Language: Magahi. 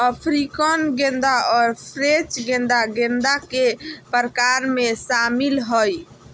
अफ्रीकन गेंदा और फ्रेंच गेंदा गेंदा के प्रकार में शामिल हइ